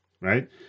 Right